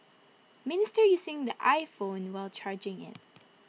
minister using the iPhone while charging IT